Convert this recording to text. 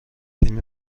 فیلم